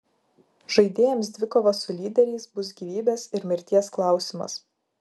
žaidėjams dvikova su lyderiais bus gyvybės ir mirties klausimas